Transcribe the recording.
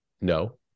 no